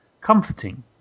comforting